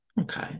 Okay